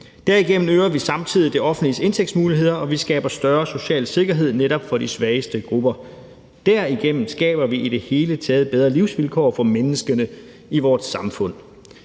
Derigennem øger vi samtidig det offentliges indtægtsmuligheder, og vi skaber større social sikkerhed netop for de svageste grupper. Derigennem skaber vi i det hele taget bedre livsvilkår for menneskene i vort samfund.«